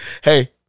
Hey